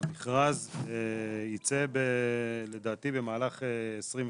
המכרז ייצא לדעתי במהלך 2025,